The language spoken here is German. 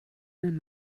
einen